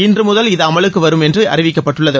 இன்று முதல் இது அமலுக்கு வரும் என்றும் அறிவிக்கப்பட்டுள்ளது